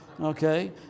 Okay